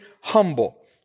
humble